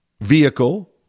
vehicle